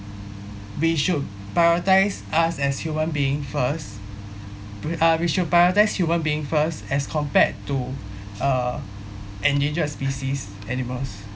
we should prioritise us as human beings first w~ uh we should prioritise human being first as compared to uh endangered species animals